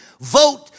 vote